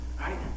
right